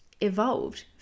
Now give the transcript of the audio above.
evolved